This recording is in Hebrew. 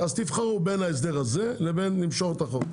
אז תבחרו בין ההסדר הזה לבין למשוך את החוק.